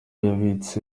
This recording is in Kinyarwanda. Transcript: yabitse